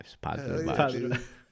Positive